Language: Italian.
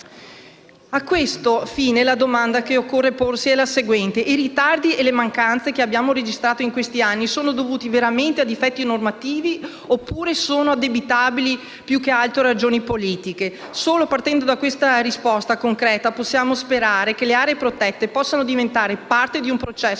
A questo fine la domanda che occorre porsi è la seguente: i ritardi e le mancanze che abbiamo registrato in questi anni sono dovuti veramente a difetti normativi oppure sono addebitabili più che altro a ragioni politiche? Solo partendo da una risposta concreta possiamo sperare che le aree protette possano diventare parte di un processo